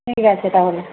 ঠিক আছে তাহলে